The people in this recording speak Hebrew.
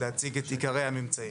להציג את עיקרי הממצאים.